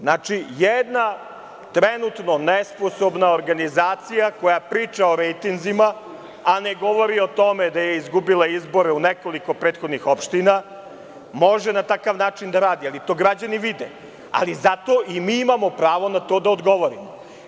Znači, trenutno nesposobna organizacija koja priča o rejtinzima, a ne govori o tome da je izgubila izbore u nekoliko opština, može na takav način da radi i to građani vide, ali zato i mi imamo pravo na to da odgovorimo.